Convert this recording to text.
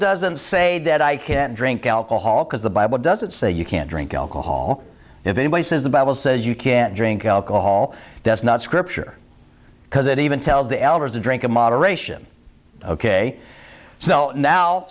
doesn't say that i can't drink alcohol because the bible doesn't say you can't drink alcohol if anybody says the bible says you can't drink alcohol does not scripture because it even tells the elders to drink in moderation ok so now